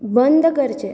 बंद करचें